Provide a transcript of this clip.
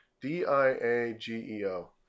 D-I-A-G-E-O